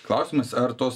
klausimas ar tos